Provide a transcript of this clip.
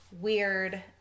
weird